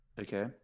okay